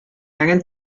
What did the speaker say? angen